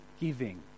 giving